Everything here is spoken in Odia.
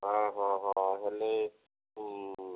ହଁ ହଁ ହଁ ହେଲେ